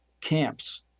camps